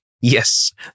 Yes